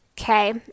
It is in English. okay